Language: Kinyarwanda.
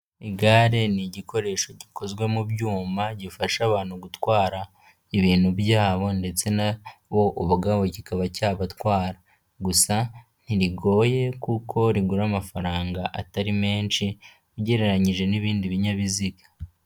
Igare ni igikoresho gikozwe mu byuma gifasha abantu gutwara ibintu byabo ndetse na bo ubwabo kikaba cyabatwara, gusa ntirigoye, kuko rigura amafaranga atari menshi, ugereranyije n'ibindi binyabiziga.